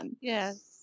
yes